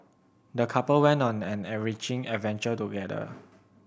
the couple went on an enriching adventure together